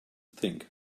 think